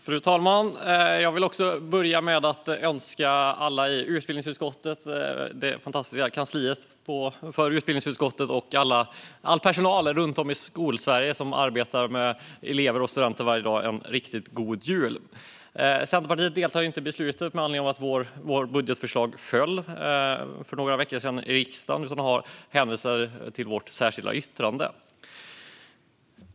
Fru talman! Jag vill börja med att önska alla i utbildningsutskottet, det fantastiska kansliet för utbildningsutskottet och all personal runt om i Skolsverige som arbetar med elever och studenter varje dag en riktigt god jul. Centerpartiet deltar inte i beslutet med anledning av att vårt budgetförslag föll i riksdagen för några veckor sedan, och jag hänvisar till vårt särskilda yttrande.